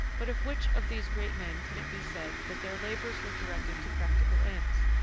but of which of these great men can it be said that their labors were directed to practical ends?